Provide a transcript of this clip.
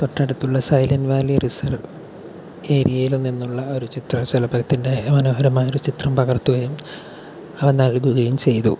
തൊട്ടടുത്തുള്ള Silent Valley reserve ഏരിയയിൽ നിന്നുള്ള ഒരു ചിത്രശലഭത്തിൻ്റെ മനോഹരമായൊരു ചിത്രം പകർത്തുകയും അവ നൽകുകയും ചെയ്തു